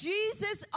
Jesus